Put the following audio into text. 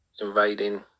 invading